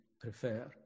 prefer